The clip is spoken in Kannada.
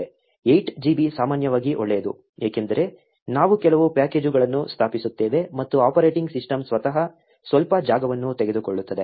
8 GB ಸಾಮಾನ್ಯವಾಗಿ ಒಳ್ಳೆಯದು ಏಕೆಂದರೆ ನಾವು ಕೆಲವು ಪ್ಯಾಕೇಜುಗಳನ್ನು ಸ್ಥಾಪಿಸುತ್ತೇವೆ ಮತ್ತು ಆಪರೇಟಿಂಗ್ ಸಿಸ್ಟಮ್ ಸ್ವತಃ ಸ್ವಲ್ಪ ಜಾಗವನ್ನು ತೆಗೆದುಕೊಳ್ಳುತ್ತದೆ